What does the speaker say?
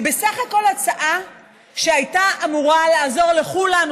היא בסך הכול הצעה שהייתה אמורה לעזור לכולנו,